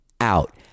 out